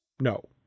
No